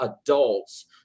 adults